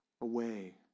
away